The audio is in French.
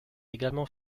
également